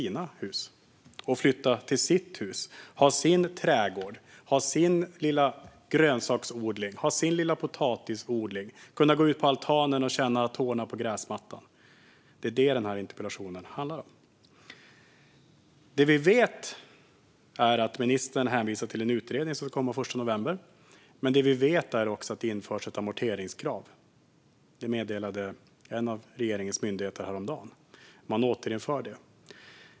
Hur ska man göra det möjligt för dem att flytta till eget hus, ha egen trädgård, ha en liten grönsaksodling och potatisodling. Hur ska man göra det möjligt för dem att gå ut på sin altan och sätta tårna på gräsmattan? Det är vad den här interpellationen handlar om. Det vi vet är att ministern hänvisar till en utredning som ska komma den 1 november. Men vi vet också att det ska införas ett amorteringskrav. En av regeringens myndigheter meddelade häromdagen att man kommer att återinföra det.